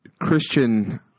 Christian